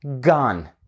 gone